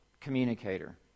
communicator